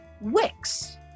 wicks